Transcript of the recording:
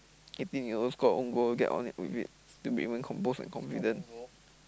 eighteen year old scored own goal get on with it still remain composed and confident